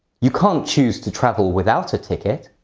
you can't choose to travel without a ticket.